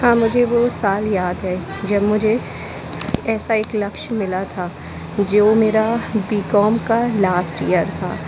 हाँ मुझे वो साल याद है जब मुझे ऐसा एक लक्ष्य मिला था जो मेरा बी कॉम का लास्ट यर था